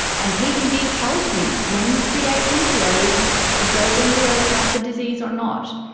and pgd tells you when you create embryos if those embryos have the disease or not.